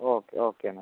okay okay എന്നാൽ